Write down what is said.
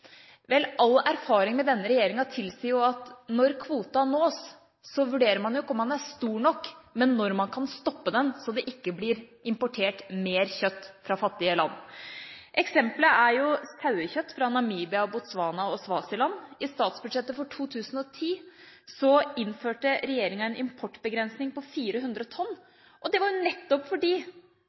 Vel, all erfaring med denne regjeringa tilsier at når kvota nås, vurderer man ikke om den er stor nok, men når man kan stoppe den så det ikke blir importert mer kjøtt fra fattige land. Eksempelet er jo sauekjøtt fra Namibia, Botswana og Swaziland. I statsbudsjettet for 2010 innførte regjeringa en importbegrensning på 400 tonn, og det var nettopp fordi